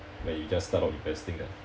when you just start off investing ah